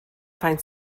find